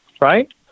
right